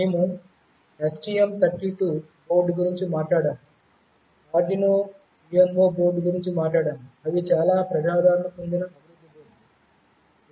మేము STM32 board గురించి మాట్లాడాము ఆర్డునో UNO బోర్డు గురించి మాట్లాడాము అవి చాలా ప్రజాదరణ పొందిన అభివృద్ధి బోర్డులు